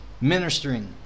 ministering